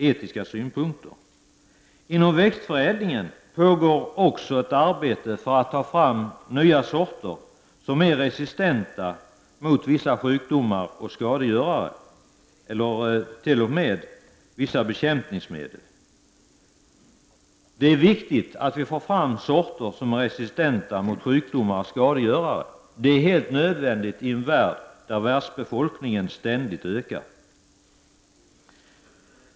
Också inom växtförädlingen pågår ett arbete för att ta fram nya sorter som är resistenta mot vissa sjukdomar eller skadegörare eller t.o.m. vissa bekämpningsmedel. Det är viktigt att vi får fram sorter som är resistenta mot sjukdomar och skadegörare. Det är helt nödvändigt i en värld där befolkningen ständigt ökar.